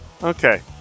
Okay